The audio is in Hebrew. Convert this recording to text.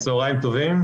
צהריים טובים.